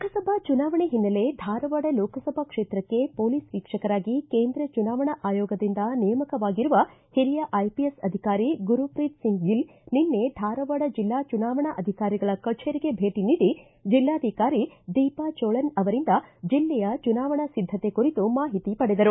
ಲೋಕಸಭಾ ಚುನಾವಣೆಯ ಹಿನ್ನೆಲೆ ಧಾರವಾಡ ಲೋಕಸಭಾ ಕ್ಷೇತ್ರಕ್ಕೆ ಪೊಲೀಸ್ ವೀಕ್ಷಕರಾಗಿ ಕೇಂದ್ರ ಚುನಾವಣಾ ಆಯೋಗದಿಂದ ನೇಮಕವಾಗಿರುವ ಹಿರಿಯ ಐಪಿಎಸ್ ಅಧಿಕಾರಿ ಗುರುಪ್ರೀತ್ ಸಿಂಗ್ ಗಿಲ್ ನಿನ್ನೆ ಧಾರವಾಡ ಜಿಲ್ಲಾ ಚುನಾವಣಾಧಿಕಾರಿಗಳ ಕಚೇರಿಗೆ ಭೇಟಿ ನೀಡಿ ಜಿಲ್ಲಾಧಿಕಾರಿ ದೀಪಾ ಚೋಳನ್ ಅವರಿಂದ ಜಿಲ್ಲೆಯ ಚುನಾವಣಾ ಸಿದ್ದತೆ ಕುರಿತು ಮಾಹಿತಿ ಪಡೆದರು